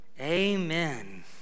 Amen